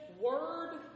word